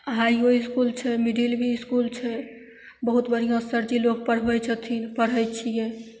हाइयो school छै middle भी school छै बहुत बढ़िआँ सरजी लोग पढ़बय छथिन पढ़य छियै